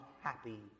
happy